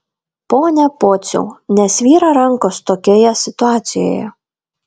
pone pociau nesvyra rankos tokioje situacijoje